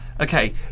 okay